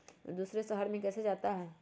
दूसरे शहर मे कैसे जाता?